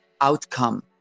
outcome